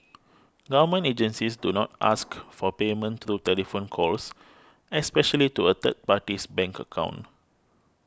government agencies do not ask for payment through telephone calls especially to a third party's bank account